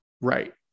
Right